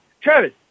Travis